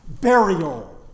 Burial